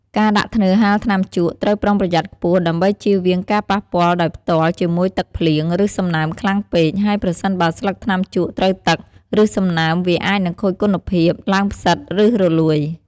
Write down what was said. ការដាក់ធ្នើរហាលថ្នាំជក់ត្រូវប្រុងប្រយ័ត្នខ្ពស់ ដើម្បីជៀសវាងការប៉ះពាល់ដោយផ្ទាល់ជាមួយទឹកភ្លៀង ឬសំណើមខ្លាំងពេក ហើយប្រសិនបើស្លឹកថ្នាំជក់ត្រូវទឹក ឬសំណើម វាអាចនឹងខូចគុណភាព ឡើងផ្សិត ឬរលួយ។